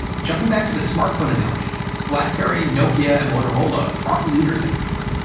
jumping back to the smart phone analogy. blackberry, nokia, and motorola aren't leaders anymore.